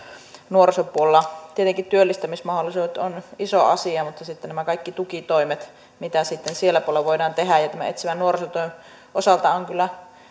nuorisopuolta tietenkin työllistymismahdollisuudet on iso asia mutta sitten ovat nämä kaikki tukitoimet mitä sitten siellä puolella voidaan tehdä ja tämän etsivän nuorisotyön osalta on kyllä